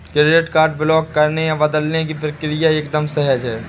credit card block करने या बदलने की प्रक्रिया एकदम सहज है